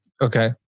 Okay